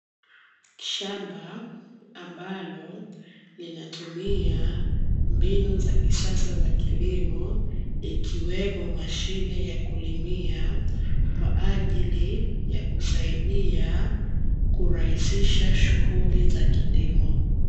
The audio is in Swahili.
Shamba ambalo linatumia mbinu za kisasa za kilimo ikiwemo mashine ya kulimia, kwa ajili ya kusaidia kurahisisha shughuli za kilimo.